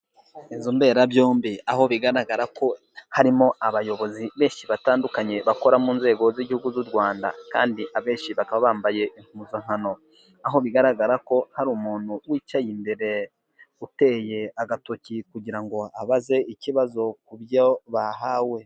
Inzo mberabyombi aho bigaragara ko harimo abayobozi benshi batandukanye bakora mu nzego z'igihugu z'u Rwanda, kandi abenshi bakaba bambaye impuzankano. Aho bigaragara ko hari umuntu wicaye imbere, uteye agatoki kugira ngo abaze ikibazo ku byo bahawe.